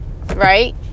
Right